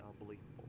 unbelievable